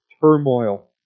turmoil